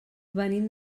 venim